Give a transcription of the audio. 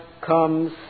comes